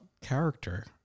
character